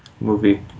movie